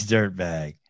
Dirtbag